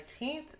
19th